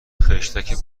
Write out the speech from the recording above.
خشتک